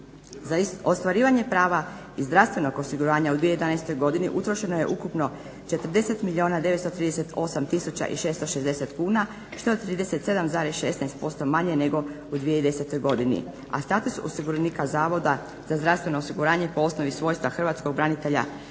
Za ostvarivanje prava iz zdravstvenog osiguranja u 2011.godini utrošeno je ukupno 40 milijuna 938 tisuća 660 kuna što je 37,16% manje nego u 2010.godini, a status osiguranika Zavoda za zdravstveno osiguranje po osnovi svojstva hrvatskog branitelja